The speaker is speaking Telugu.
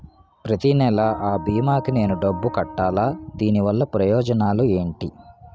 ప్రతినెల అ భీమా కి నేను డబ్బు కట్టాలా? దీనివల్ల ప్రయోజనాలు ఎంటి?